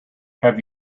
have